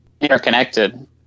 interconnected